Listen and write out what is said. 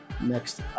next